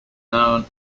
known